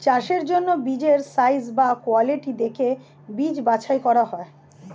চাষের জন্য বীজের সাইজ ও কোয়ালিটি দেখে বীজ বাছাই করা হয়